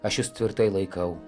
aš jus tvirtai laikau